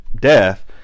death